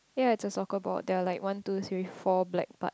yea I just saw got board there are like one two three four black part